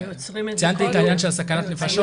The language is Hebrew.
ציינתי את העניין של הסכנת נפשות.